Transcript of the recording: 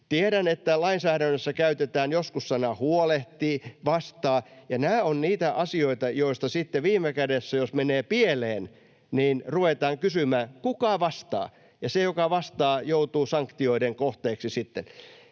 Tiedän, että lainsäädännössä käytetään joskus sanoja ”huolehtii” ja ”vastaa”, ja nämä ovat niitä asioita, joista sitten viime kädessä, jos menee pieleen, ruvetaan kysymään, kuka vastaa, ja se, joka vastaa, joutuu sanktioiden kohteeksi